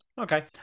Okay